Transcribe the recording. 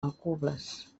alcubles